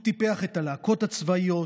הוא טיפח את הלהקות הצבאיות,